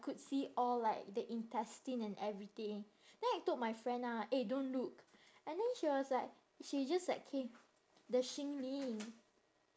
could see all like the intestine and everything then I told my friend ah eh don't look and then she was like she just like K the xin lin